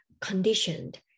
conditioned